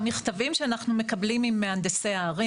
במכתבים שאנחנו מקבלים ממהנדסי הערים,